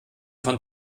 von